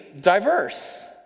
diverse